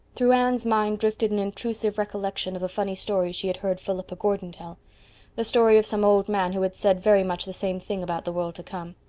through anne's mind drifted an intrusive recollection of a funny story she had heard philippa gordon tell the story of some old man who had said very much the same thing about the world to come.